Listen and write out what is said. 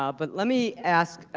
ah but let me ask.